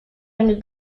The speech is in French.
une